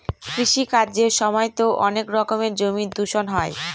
কৃষি কাজের সময়তো অনেক রকমের জমি দূষণ হয়